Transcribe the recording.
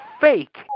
fake